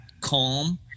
calm